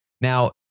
Now